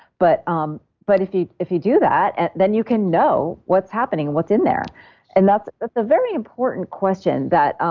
but um but if you if you do that, then, you can know what's happening and what's in there and that's that's a very important question that